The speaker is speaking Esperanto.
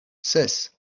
ses